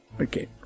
Okay